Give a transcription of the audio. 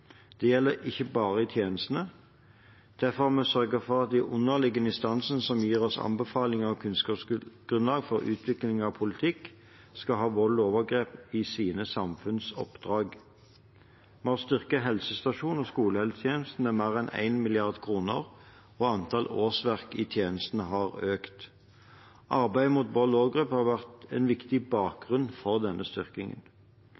Det gjelder ikke bare i tjenestene. Derfor har vi sørget for at de underliggende instansene som gir oss anbefalinger og kunnskapsgrunnlag for utvikling av politikk, skal ha vold og overgrep i sine samfunnsoppdrag. Vi har styrket helsestasjons- og skolehelsetjenesten med mer enn 1 mrd. kr, og antall årsverk i tjenestene har økt. Arbeidet mot vold og overgrep har vært en viktig